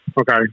Okay